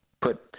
put